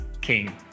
King